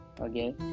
okay